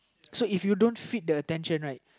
so if you don't feed the attention right